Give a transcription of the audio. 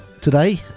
today